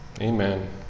Amen